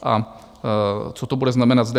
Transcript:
A co to bude znamenat zde?